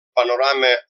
panorama